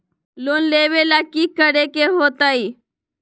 Loan लेवेला की करेके होतई?